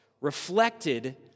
reflected